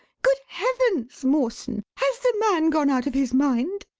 good heavens, mawson, has the man gone out of his mind?